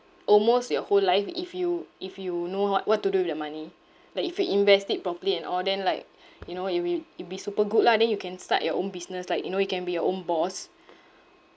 almost your whole life if you if you know what what to do with that money like if you invest it properly and all then like you know it will it'd be super good lah then you can start your own business like you know you can be your own boss